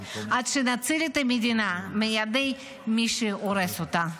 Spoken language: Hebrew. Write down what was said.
עד שנציל את המדינה מידי מי שהורס אותה.